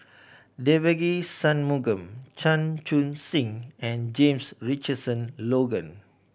Devagi Sanmugam Chan Chun Sing and James Richardson Logan